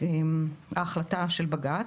מתוך החלטה של בג"ץ: